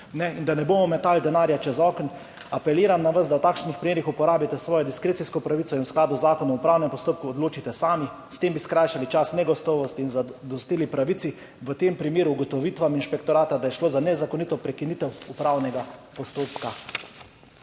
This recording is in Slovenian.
in da ne bomo metali denarja čez okno. Apeliram na vas, da v takšnih primerih uporabite svojo diskrecijsko pravico in v skladu z zakonom o upravnem postopku odločite sami. S tem bi skrajšali čas negotovosti in zadostili pravici, v tem primeru ugotovitvam inšpektorata, da je šlo za nezakonito prekinitev upravnega postopka.